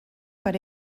per